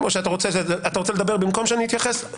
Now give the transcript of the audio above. והוא הקים ממשלת אחדות לאומית שנייה בראשותו ללא רוטציה.